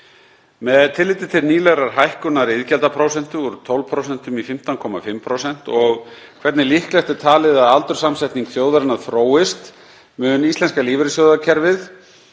Með tilliti til nýlegrar hækkunar iðgjaldaprósentu, úr 12% í 15,5%, og hvernig líklegt er talið að aldurssamsetning þjóðarinnar þróist mun íslenska lífeyrissjóðakerfið